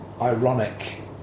ironic